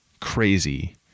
crazy